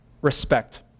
respect